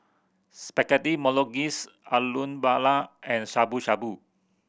Spaghetti Bolognese Alu Matar and Shabu Shabu